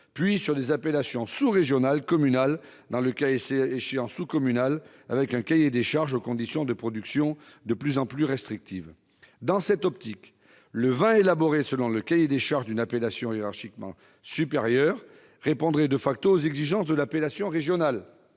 puis sur des appellations sous-régionales, communales et le cas échéant sous-communales, le cahier des charges imposant des conditions de production de plus en plus restrictives. Dans cette optique, le vin élaboré selon le cahier des charges d'une appellation hiérarchiquement supérieure répondrait aux exigences de l'appellation régionale,